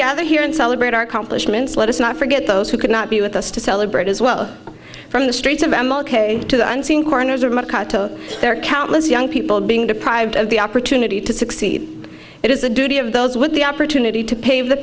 gather here and celebrate our compliments let us not forget those who could not be with us to celebrate as well from the streets of m l k to the unseen corners of their countless young people being deprived of the opportunity to succeed it is the duty of those with the opportunity to pave the